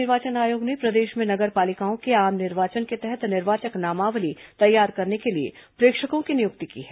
राज्य निर्वाचन आयोग ने प्रदेश में नगर पालिकाओं के आम निर्वाचन के तहत निर्वाचक नामावली तैयार करने के लिए प्रेक्षकों की नियुक्त की है